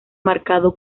marcado